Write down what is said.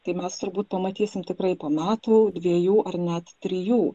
tai mes turbūt pamatysim tikrai po metų dviejų ar net trijų